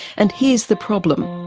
and here's the problem.